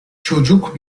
çocuk